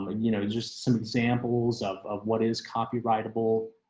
ah you know, just some examples of of what is copyrightable.